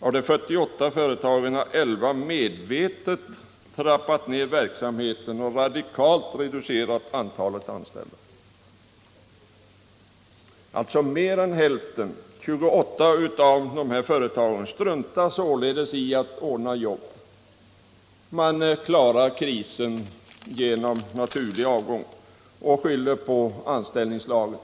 Av de 48 företagen har 11 medvetet trappat ned verksamheten och radikalt reducerat antalet anställda. Mer än hälften —- 28 av de här företagen — struntar alltså i att ordna jobb. De klarar krisen genom naturlig avgång och skyller på anställningslagen.